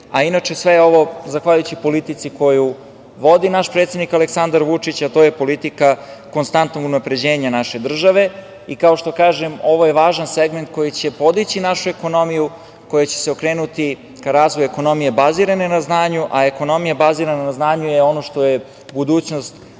a inače sve ovo zahvaljujući politici koju vodi naš predsednik Aleksandar Vučić, a to je politika konstantnog unapređenja naše države i kao što kažem, ovo je važan segment koji će podići našu ekonomiju koja će se okrenuti ka razvoju ekonomije bazirane na znanju, a ekonomija bazirana na znanju je ono što je budućnost